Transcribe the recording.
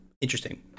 interesting